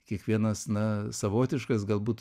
kiekvienas na savotiškas galbūt